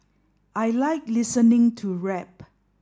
I like listening to rap